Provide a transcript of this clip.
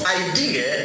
idea